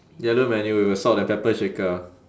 yellow menu with a salt and pepper shaker